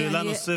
שאלה נוספת.